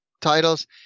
titles